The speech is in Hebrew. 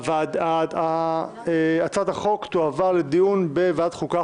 הצבעה העברת הצעת חוק לדיון בוועדת החוקה,